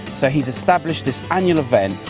so he has established this annual event,